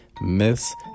myths